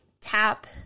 tap